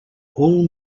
all